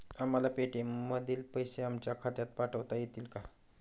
आम्हाला पेटीएम मधील पैसे आमच्या खात्यात पाठवता येतील का?